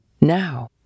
now